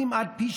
כמעט פי